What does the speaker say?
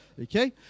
Okay